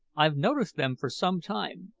i've noticed them for some time,